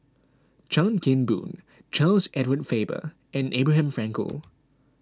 Chan Kim Boon Charles Edward Faber and Abraham Frankel